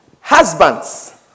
Husbands